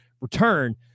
return